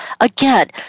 Again